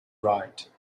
right